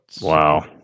Wow